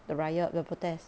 the riot the protest